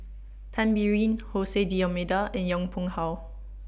Tan Biyun Jose D'almeida and Yong Pung How